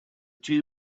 two